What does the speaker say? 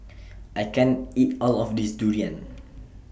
I can't eat All of This Durian